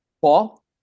Paul